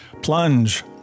Plunge